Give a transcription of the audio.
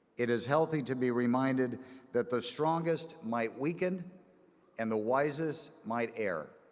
it is healthy to be reminded that the strongest might weaken and the wisest might err.